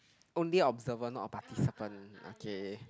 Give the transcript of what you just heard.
only observer not a participant okay